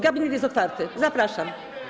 Gabinet jest otwarty, zapraszam.